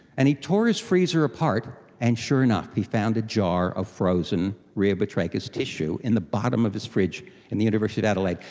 and he tore his freezer apart and, sure enough, he found a jar of frozen rheobatrachus tissue in the bottom of his fridge at the university of adelaide.